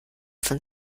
von